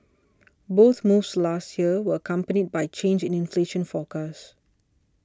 both moves last year were accompanied by changes in inflation forecast